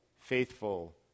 faithful